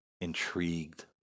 intrigued